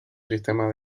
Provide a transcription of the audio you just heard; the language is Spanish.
sistema